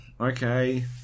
Okay